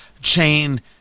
chain